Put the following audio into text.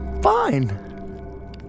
fine